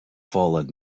fallen